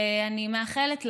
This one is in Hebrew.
אני מאחלת לנו,